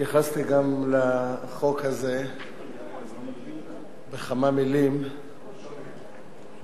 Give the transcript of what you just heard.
התייחסתי גם לחוק הזה בכמה מלים, לא שומעים.